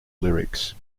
lyrics